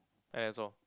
that's all